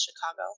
Chicago